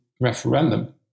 referendum